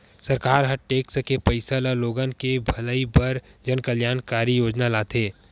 सरकार ह टेक्स के पइसा ल लोगन के भलई बर जनकल्यानकारी योजना लाथे